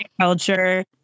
culture